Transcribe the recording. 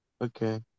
Okay